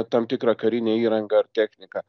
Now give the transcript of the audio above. tam tikrą karinę įrangą ar techniką